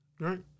Right